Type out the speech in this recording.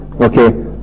okay